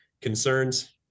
concerns